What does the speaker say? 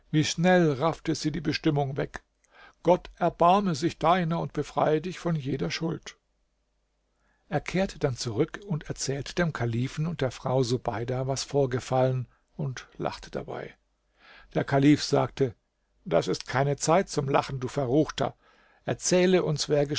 wie schnell raffte sie die bestimmung weg gott erbarme sich deiner und befreie dich von jeder schuld er kehrte dann zurück und erzählte dem kalifen und der frau subeida was vorgefallen und lachte dabei der kalif sagte das ist keine zeit zum lachen du verruchter erzähle uns